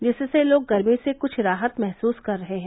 जिससे लोग गर्मी से कुछ राहत महससू कर रहे हैं